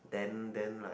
then then like